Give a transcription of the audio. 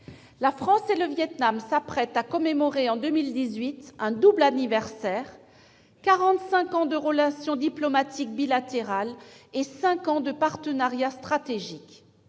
La France et le Vietnam s'apprêtent à célébrer en 2018 un double anniversaire : quarante-cinq ans de relations diplomatiques bilatérales et cinq ans de partenariat stratégique.